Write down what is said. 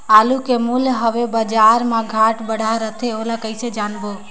आलू के मूल्य हवे बजार मा घाट बढ़ा रथे ओला कइसे जानबो?